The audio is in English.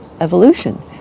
evolution